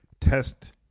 test